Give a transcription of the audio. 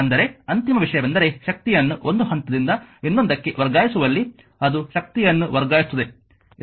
ಆದರೆ ಅಂತಿಮ ವಿಷಯವೆಂದರೆ ಶಕ್ತಿಯನ್ನು ಒಂದು ಹಂತದಿಂದ ಇನ್ನೊಂದಕ್ಕೆ ವರ್ಗಾಯಿಸುವಲ್ಲಿ ಅದು ಶಕ್ತಿಯನ್ನು ವರ್ಗಾಯಿಸುತ್ತದೆ ಇದರಲ್ಲಿ ಆಸಕ್ತಿ ಹೊಂದಿರುತ್ತೇವೆ